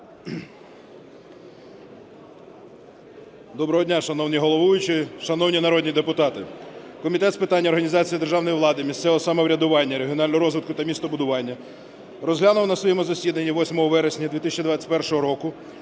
Доброго дня, шановний головуючий, шановні народні депутати! Комітет з питань організації державної влади, місцевого самоврядування, регіонального розвитку та містобудування розглянув на своєму засіданні 8 вересня 2021 року